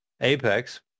Apex